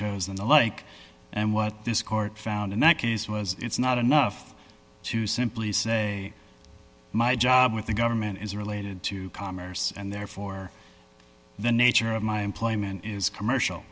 shows and the like and what this court found in that case was it's not enough to simply say my job with the government is related to commerce and therefore the nature of my employment is commercial